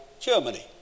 Germany